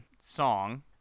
song